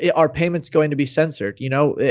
ah are payments going to be censored? you know,